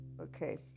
okay